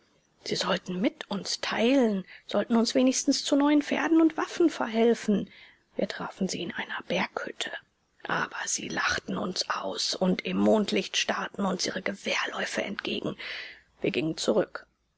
sie sollten mit uns teilen sollten uns wenigstens zu neuen pferden und waffen verhelfen wir trafen sie in einer berghütte aber sie lachten uns aus und im mondlicht starrten uns ihre gewehrläufe entgegen wir gingen zurück